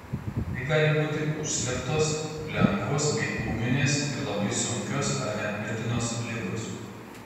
tai gali būti užslėptos lengvos bei ūminės ir labai sunkios ar net mirtinos ligos